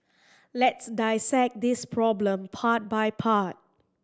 let's dissect this problem part by part